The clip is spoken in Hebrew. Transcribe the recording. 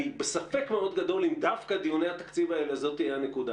אני בספק מאוד גדול אם דווקא דיוני התקציב האלה זאת תהיה הנקודה.